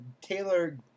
Taylor –